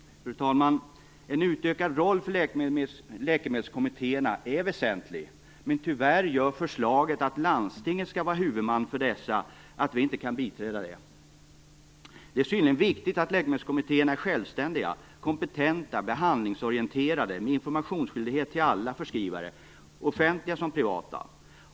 Fru talman! En utökad roll för läkemedelskommittéerna är väsentlig, men tyvärr innebär förslaget att landstingen skall vara huvudmän för dessa. Vi kan därför inte biträda det. Det är synnerligen viktigt att läkemedelskommittéerna är självständiga, kompetenta och behandlingsorienterade med informationsskyldighet till alla förskrivare, såväl offentliga som privata.